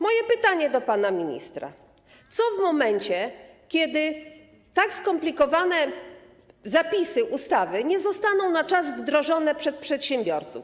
Moje pytanie do pana ministra: Co będzie w momencie, kiedy tak skomplikowane zapisy ustawy nie zostaną na czas wdrożone przez przedsiębiorców?